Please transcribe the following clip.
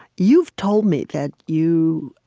you've told me that you